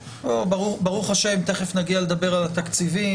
ברוך ה', תכף נגיע לדבר על התקציבים.